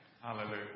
Hallelujah